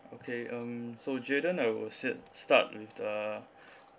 okay um so jayden I will said start with the